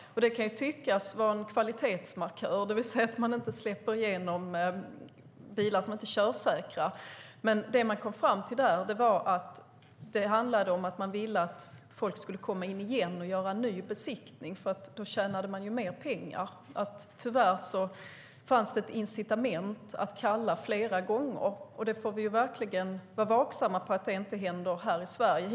Det kan tyckas vara en kvalitetsmarkör, det vill säga att man inte släpper igenom bilar som inte är körsäkra. Men det de kom fram till i Finland var att det handlade om att man ville att folk skulle komma in igen och göra en ny besiktning, för då tjänade man mer pengar. Tyvärr fanns det ett incitament att kalla flera gånger. Vi får verkligen vara vaksamma så att det inte händer här i Sverige.